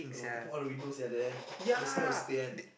where you want to put all the windows sia at the end the smell will